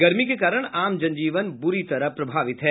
गर्मी के कारण आम जन जीवन बुरी तरह प्रभावित हुआ है